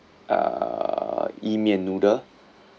uh yi mian noodle